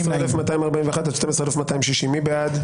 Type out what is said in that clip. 12,181 עד 12,200, מי בעד?